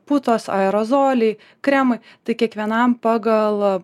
putos aerozoliai kremai tai kiekvienam pagal